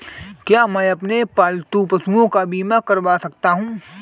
क्या मैं अपने पालतू पशुओं का बीमा करवा सकता हूं?